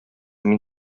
мин